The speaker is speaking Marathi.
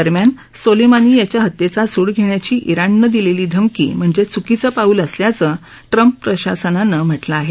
दरम्यान सोलेमानी याच्या हत्येचा सूड घेण्याची इराणनं दिलेली धमकी म्हणजे चूकीचं पाऊल असल्याचं ट्रम्प प्रशासनानं म्हटलं आहे